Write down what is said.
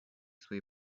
свої